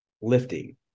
lifting